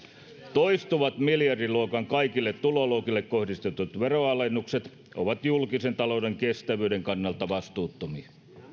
toistuvat kaikille tuloluokille kohdistetut miljardiluokan veronalennukset ovat julkisen talouden kestävyyden kannalta vastuuttomia